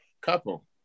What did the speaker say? Couple